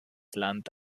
land